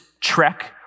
trek